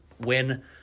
win